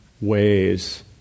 ways